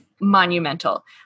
monumental